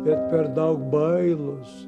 bet per daug bailūs